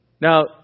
Now